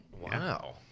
Wow